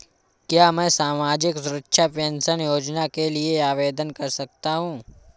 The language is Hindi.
क्या मैं सामाजिक सुरक्षा पेंशन योजना के लिए आवेदन कर सकता हूँ?